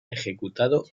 ejecutado